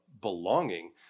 belonging